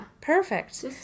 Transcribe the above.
Perfect